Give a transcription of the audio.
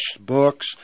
books